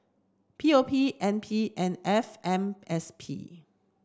P O P N P and F M S P